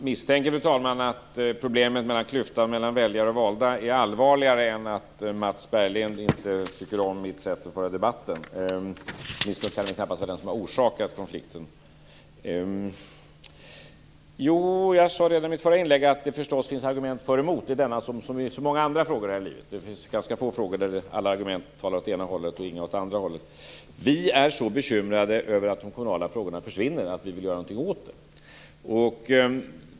Fru talman! Jag misstänker att problemet med klyftan mellan väljare och valda är allvarligare än att Mats Berglind inte tycker om mitt sätt att föra debatten - åtminstone kan det knappast vara det som orsakat konflikten. Jag sade i mitt förra inlägg att det förstås finns argument för och emot i denna fråga liksom i många andra frågor här i livet. De frågor är ganska få där alla argument går åt det ena hållet och inga argument åt det andra hållet. Vi är så bekymrade över att de kommunala frågorna försvinner att vi vill göra något åt den saken.